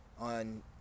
on